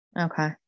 okay